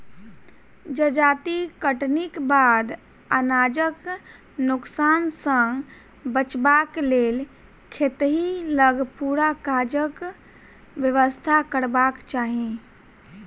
जजाति कटनीक बाद अनाजक नोकसान सॅ बचबाक लेल खेतहि लग पूरा काजक व्यवस्था करबाक चाही